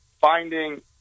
finding